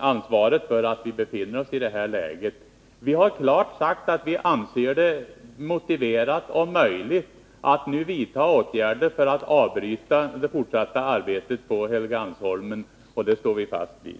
ansvaret för att vi befinner oss i det här läget. Vi har klart sagt att vi anser det motiverat och möjligt att nu vidta åtgärder för att avbryta det fortsatta arbetet på Helgeandsholmen. Det står vi fast vid.